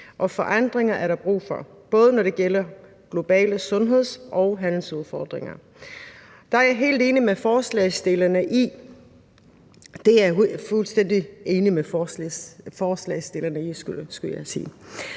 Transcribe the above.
forandringer er der brug for – både når det gælder globale sundheds- og handelsudfordringer. Det er jeg fuldstændig enig med forslagsstillerne i.